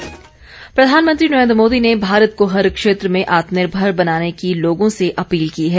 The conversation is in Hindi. मन की बात प्रधानमंत्री नरेन्द्र मोदी ने भारत को हर क्षेत्र में आत्मनिर्भर बनाने की लोगों से अपील की है